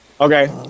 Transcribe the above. Okay